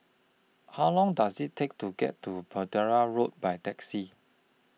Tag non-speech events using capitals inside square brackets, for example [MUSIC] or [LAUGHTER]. How Long Does IT Take to get to [UNINTELLIGIBLE] Road By Taxi